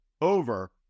over